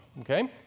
okay